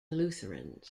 lutherans